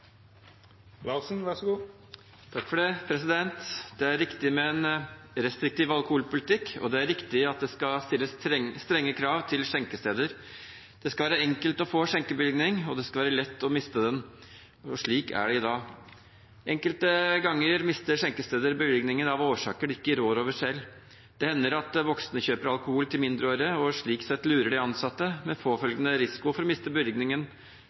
riktig at det skal stilles strenge krav til skjenkesteder. Det skal være enkelt å få skjenkebevilling, og det skal være lett å miste den. Slik er det i dag. Enkelte ganger mister skjenkesteder bevillingen av årsaker de ikke rår over selv. Det hender at voksne kjøper alkohol til mindreårige og slik sett lurer de ansatte, med påfølgende risiko for